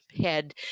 head